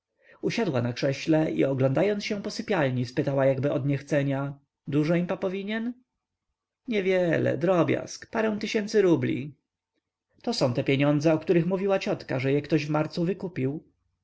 usiadła na krześle i oglądając się po sypialni spytała jakby odniechcenia dużo im papo winien niewiele drobiazg parę tysięcy rubli to są te pieniądze o których mówiła ciotka że je ktoś w marcu wykupił